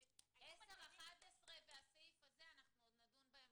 11 והסעיף הזה עוד נדון בהם